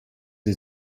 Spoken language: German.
sie